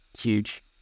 huge